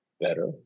better